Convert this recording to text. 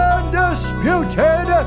Undisputed